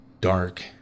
dark